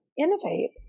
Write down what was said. innovate